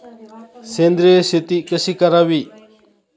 सेंद्रिय शेती कशी करावी?